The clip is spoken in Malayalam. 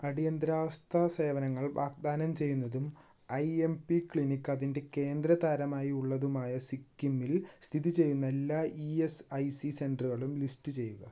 അടിയന്തരാവസ്ഥ സേവനങ്ങൾ വാഗ്ദാനം ചെയ്യുന്നതും ഐ എം പി ക്ലിനിക് അതിൻ്റെ കേന്ദ്ര തരമായി ഉള്ളതുമായ സിക്കിമിൽ സ്ഥിതി ചെയ്യുന്ന എല്ലാ ഇ എസ് ഐ സി സെൻ്ററുകളും ലിസ്റ്റ് ചെയ്യുക